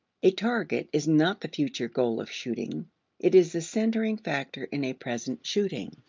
a target is not the future goal of shooting it is the centering factor in a present shooting.